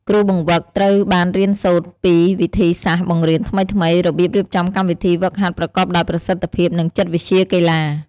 គ្រូបង្វឹក ត្រូវបានរៀនសូត្រពីវិធីសាស្ត្របង្រៀនថ្មីៗ របៀបរៀបចំកម្មវិធីហ្វឹកហាត់ប្រកបដោយប្រសិទ្ធភាព និងចិត្តវិទ្យាកីឡា។